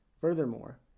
Furthermore